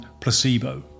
placebo